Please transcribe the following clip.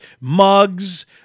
mugs